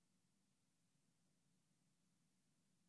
לו,